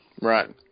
Right